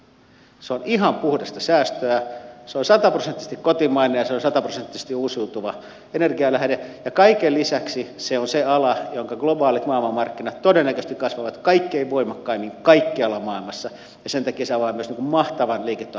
se on ihan puhdasta säästöä se on sataprosenttisesti kotimainen ja se on sataprosenttisesti uusiutuva energianlähde ja kaiken lisäksi se on se ala jonka globaalit maailmanmarkkinat todennäköisesti kasvavat kaikkein voimakkaimmin kaikkialla maailmassa ja sen takia se avaa myös mahtavan liiketoimintapotentiaalin